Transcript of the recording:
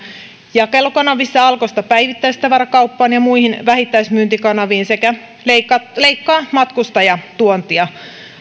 jakelukanavissa alkosta päivittäistavarakauppaan ja muihin vähittäismyyntikanaviin sekä leikkaa leikkaa matkustajatuontia